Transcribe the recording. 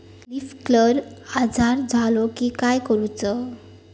Leaf curl आजार झालो की काय करूच?